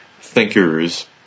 thinkers